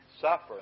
suffer